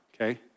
okay